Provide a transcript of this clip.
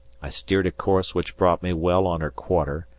i steered a course which brought me well on her quarter,